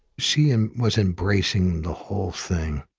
she and was embracing the whole thing.